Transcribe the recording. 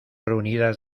reunidas